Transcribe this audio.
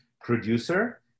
producer